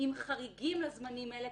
עם חריגים לזמנים האלה,